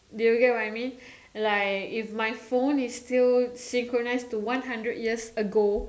do you get what I mean like if my phone was still synchronised to one hundred years ago